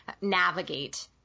navigate